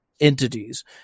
entities